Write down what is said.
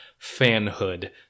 fanhood